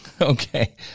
Okay